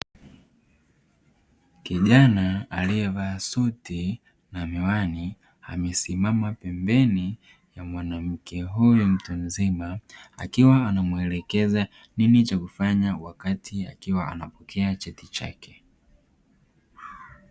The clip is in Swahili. Kijana aliyevaa suti na miwani amesimama pembeni ya mwanamke huyu mtu mzima, akiwa anamuelekeza nini cha kufanya wakati akiwa anapokea cheti chake.